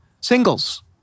singles